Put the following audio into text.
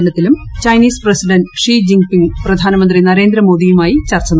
ദിനത്തിലും Chinese president Xi Jinping പ്രധാനമന്ത്രി നരേന്ദ്രമോദിയുമായി ്ചർച്ച നടത്തി